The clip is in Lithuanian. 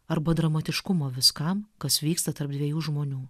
arba dramatiškumo viskam kas vyksta tarp dviejų žmonių